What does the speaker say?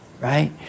Right